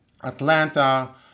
Atlanta